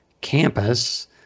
campus